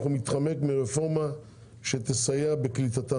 אך הוא מתחמק מרפורמה שתסייע בקליטתם.